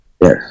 Yes